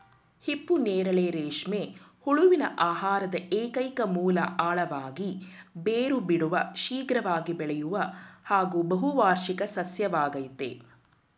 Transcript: ಹಿಪ್ಪುನೇರಳೆ ರೇಷ್ಮೆ ಹುಳುವಿನ ಆಹಾರದ ಏಕೈಕ ಮೂಲ ಆಳವಾಗಿ ಬೇರು ಬಿಡುವ ಶೀಘ್ರವಾಗಿ ಬೆಳೆಯುವ ಹಾಗೂ ಬಹುವಾರ್ಷಿಕ ಸಸ್ಯವಾಗಯ್ತೆ